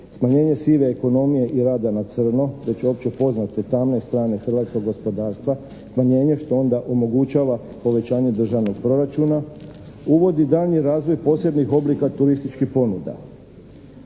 smanjenje sive ekonomije i rada na crno već opće poznate tamne strane hrvatskog gospodarstva, smanjenje što onda omogućava povećanje državnog proračuna uvodi daljnji razvoj posebnih oblika turističkih ponuda.